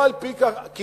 כי